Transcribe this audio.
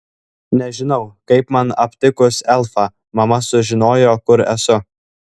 nežinau kaip man aptikus elfą mama sužinojo kur esu